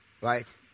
right